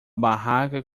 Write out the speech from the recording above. barraca